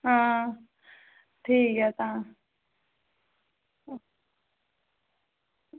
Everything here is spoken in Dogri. आं ठीक ऐ तां